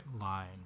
Line